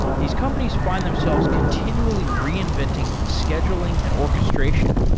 these companies find themselves continually reinventing scheduling and orchestration.